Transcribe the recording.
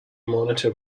monitor